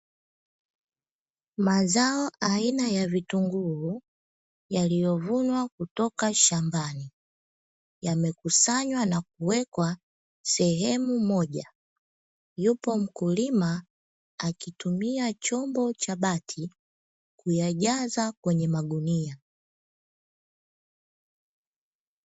Mazao aina ya vitunguu yaliyovunwa kutoka shambani, yamekusanywa na kuwekwa sehemu moja, yupo mkulima akitumia chombo cha bati kuyajaza kwenye magunia.